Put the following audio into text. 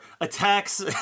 attacks